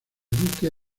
duque